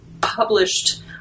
published